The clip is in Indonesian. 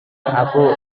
aku